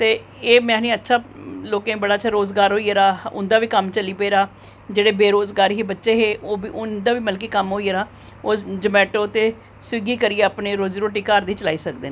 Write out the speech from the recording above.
ते एह् में ना आक्खना अच्छा लोकें रोज़गार होई गेदा उंदा बी कम्म चली पेदा जेह्ड़े बेरोज़गार हे बच्चे मतलब की उंदा बी कम्म होई गेदा ते ओह् जोमैटो करियै ते स्विगी करियै अपनी रोज़ी रोटी चलाई सकदे